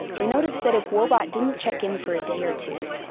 they noticed that if woebot didn't check in for a day or two,